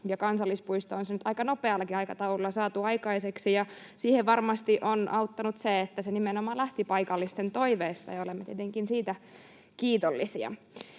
Kansallispuisto on nyt aika nopeallakin aikataululla saatu aikaiseksi, ja siihen varmasti on auttanut se, että se lähti nimenomaan paikallisten toiveista, ja olemme tietenkin siitä kiitollisia.